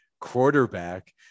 quarterback